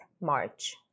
March